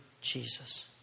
Jesus